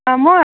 अँ म